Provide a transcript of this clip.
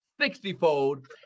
sixtyfold